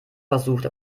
versucht